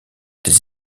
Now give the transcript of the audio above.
des